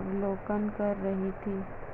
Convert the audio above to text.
अवलोकन कर रही थी